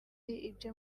ibyo